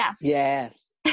Yes